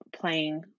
playing